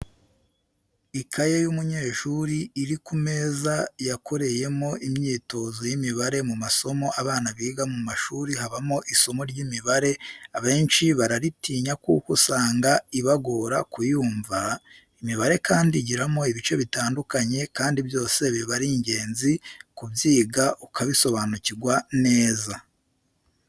Ikaye y'umunyeshuri iri ku meza yakoreyemo imyitozo y'imibare mu masomo abana biga mu mashuri habamo isomo ry'imibare abanshi bararitinya kuko usanga ibagora kuyumva, imibare kandi igiramo ibice bitandukanye kandi byose biba ari ingenzi kubyiga ukabisobanukirwa neza.